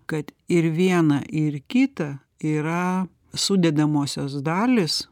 kad ir viena ir kita yra sudedamosios dalys